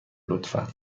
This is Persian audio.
لطفا